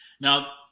Now